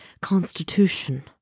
constitution